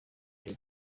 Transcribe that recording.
jay